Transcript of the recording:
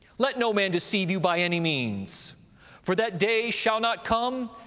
let no man deceive you by any means for that day shall not come,